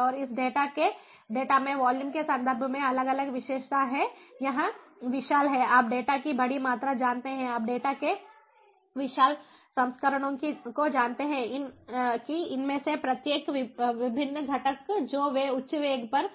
और इस डेटा में वॉल्यूम के संबंध में अलग अलग विशेषताएं हैं यह विशाल है आप डेटा की बड़ी मात्रा जानते हैं आप डेटा के विशाल संस्करणों को जानते हैं कि इनमें से प्रत्येक विभिन्न घटक जो वे उच्च वेग पर